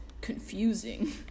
confusing